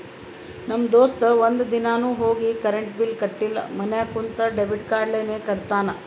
ನಮ್ ದೋಸ್ತ ಒಂದ್ ದಿನಾನು ಹೋಗಿ ಕರೆಂಟ್ ಬಿಲ್ ಕಟ್ಟಿಲ ಮನ್ಯಾಗ ಕುಂತ ಡೆಬಿಟ್ ಕಾರ್ಡ್ಲೇನೆ ಕಟ್ಟತ್ತಾನ್